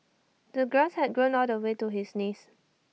the grass had grown all the way to his knees